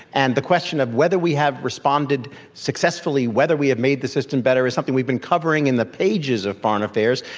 and the question of whether we responded successfully, whether we have made the system better is something we've been covering in the pages of foreign affairs,